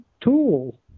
tool